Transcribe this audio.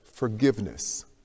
Forgiveness